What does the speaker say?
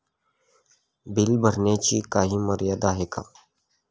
Bill भरण्याची काही मर्यादा आहे का?